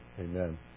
amen